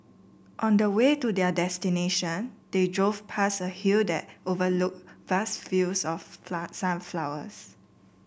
on the way to their destination they drove past a hill that overlooked vast fields of sunflowers